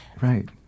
Right